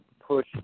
push